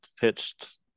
pitched